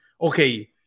okay